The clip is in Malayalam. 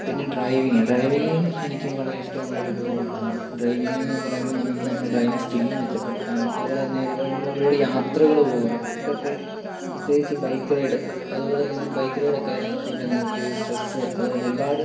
പിന്നെ ഡ്രൈവിംഗ് ഡ്രൈവിങ്ങും എനിക്ക് വളരെ ഇഷ്ടമുള്ള ഒരു ഹോബിയാണ് ഡ്രൈവിംഗ് എന്ന് പറയുമ്പോൾ നമുക്ക് നമ്മൾടെ ഡ്രൈവിംഗ് സ്കില്ല് മെച്ചപ്പെടുത്താനും അതുപോലെ തന്നെ നമ്മൾ ഒരുപാട് യാത്രകൾ പോകുക ഇതൊക്കെ പ്രത്യേകിച്ച് ബൈക്ക് റൈഡ് അതുപോലെ ബൈക്ക് റൈഡ് ഒക്കെ വളരെ നമുക്ക് സ്ട്രെസ്സ് അതുതന്നെ ഒരുപാട്